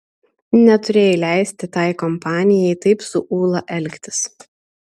neturėjai leisti tai kompanijai taip su ūla elgtis